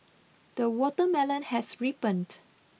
the watermelon has ripened